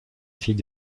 fille